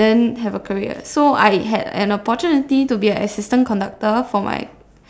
and then have a career so I had an opportunity to be an assistant conductor for my